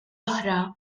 oħra